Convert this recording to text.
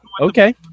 okay